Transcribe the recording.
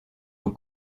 aux